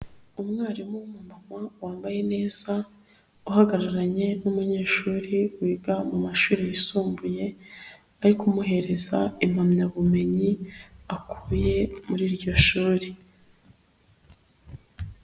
Umwarimu w'umu mama wambaye neza, uhagararanye n'umunyeshuri wiga mu mashuri yisumbuye, ari kumuhereza impamyabumenyi akuye muri iryo shuri.